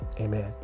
Amen